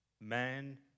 man